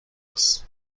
نیست